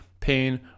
Pain